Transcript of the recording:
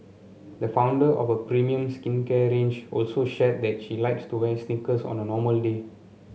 the founder of a premium skincare range also shared that she likes to wear sneakers on a normally